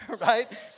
Right